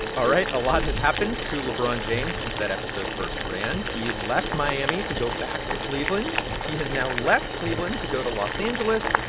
all right. a lot has happened to lebron james since that episode first ran. he left miami to go back to cleveland. he has now left cleveland to go to los angeles.